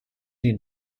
den